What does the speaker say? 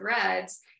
threads